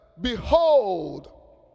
behold